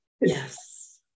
Yes